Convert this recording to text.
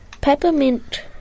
peppermint